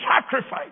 sacrifice